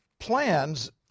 Plans